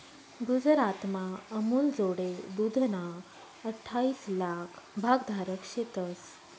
गुजरातमा अमूलजोडे दूधना अठ्ठाईस लाक भागधारक शेतंस